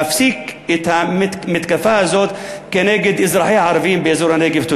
ולהפסיק את המתקפה הזאת כנגד אזרחיה הערבים באזור הנגב.